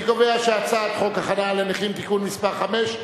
אני קובע שהצעת חוק חנייה לנכים (תיקון מס' 5),